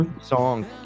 song